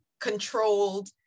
controlled